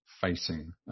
facing